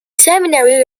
seminary